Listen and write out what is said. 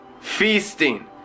Feasting